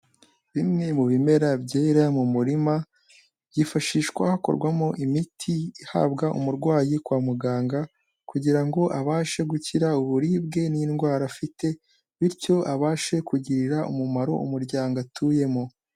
Bimwe mu bimera byera mu murima, byifashishwa hakorwamo imiti ihabwa umurwayi kwa muganga kugira ngo abashe gukira uburibwe n'indwara afite, bityo abashe kugirira umumaro umuryango atuyemo.